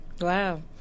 wow